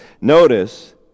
Notice